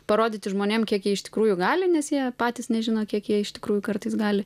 parodyti žmonėm kiek jie iš tikrųjų gali nes jie patys nežino kiek jie iš tikrųjų kartais gali